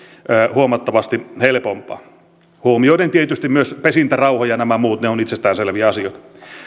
huomattavasti helpompaa huomioiden tietysti myös pesintärauha ja nämä muut ne ovat itsestäänselviä asioita